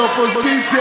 זו אופוזיציה,